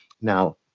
Now